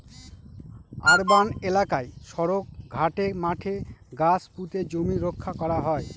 urban এলাকায় সড়ক, ঘাটে, মাঠে গাছ পুঁতে জমি রক্ষা করা হয়